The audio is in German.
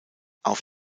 auf